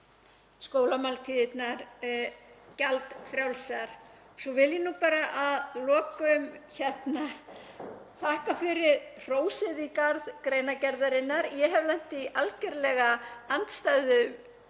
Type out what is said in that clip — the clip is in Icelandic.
skólamáltíðirnar gjaldfrjálsar. Svo vil ég bara að lokum þakka fyrir hrósið í garð greinargerðarinnar. Ég hef lent í algjörlega andstæðum